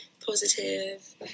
positive